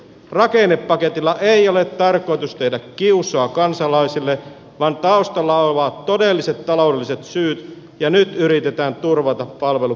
rakennepaketilla ei ole tarkoitus tehdä kiusaa kansalaisille vaan taustalla ovat todelliset taloudelli set syyt ja nyt yritetään turvata palvelut pitkälle tulevaisuuteen